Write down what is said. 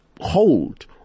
hold